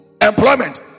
employment